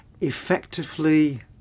effectively